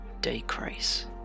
decrease